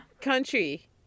country